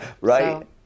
Right